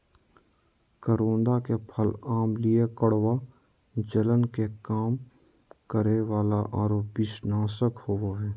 करोंदा के फल अम्लीय, कड़वा, जलन के कम करे वाला आरो विषनाशक होबा हइ